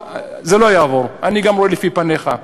זה לא יעבור, אני גם רואה לפי פניך.